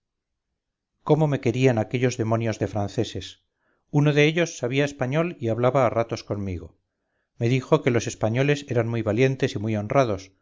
cómo me querían aquellos demonios de franceses uno de ellos sabía español y hablaba a ratos conmigo me dijo que los españoles eran muy valientes y muy honrados